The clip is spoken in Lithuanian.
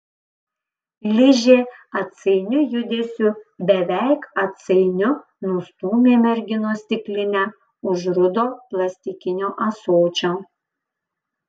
ližė atsainiu judesiu beveik atsainiu nustūmė merginos stiklinę už rudo plastikinio ąsočio